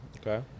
Okay